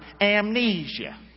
amnesia